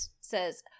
says